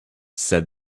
said